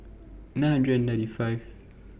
nine hundred and ninety five